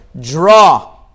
draw